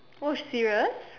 oh serious